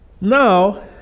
Now